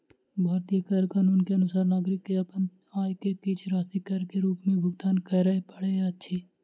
भारतीय कर कानून के अनुसार नागरिक के अपन आय के किछ राशि कर के रूप में भुगतान करअ पड़ैत अछि